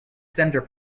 centre